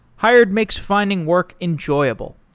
hired makes finding work enjoyable.